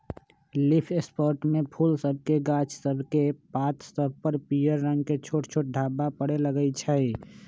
leaf spot में फूल सभके गाछ सभकेक पात सभ पर पियर रंग के छोट छोट ढाब्बा परै लगइ छै